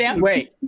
Wait